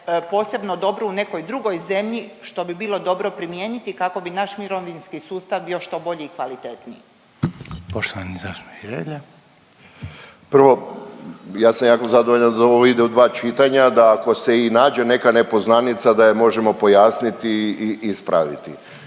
posebno dobro u nekoj drugoj zemlji što bi bilo dobro primijeniti kako bi naš mirovinski sustav bi što bolji i kvalitetniji. **Reiner, Željko (HDZ)** Poštovani zastupnik Hrelja. **Hrelja, Silvano (Nezavisni)** Prvo ja sam jako zadovoljan da ovo ide u dva čitanja, da ako se i nađe neka nepoznanica da je možemo pojasniti ispraviti.